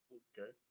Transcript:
okay